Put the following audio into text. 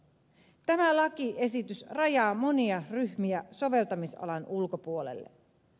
tämä lakiesitys rajaa monia ryhmiä soveltamisalan ulkopuolelle